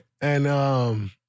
And-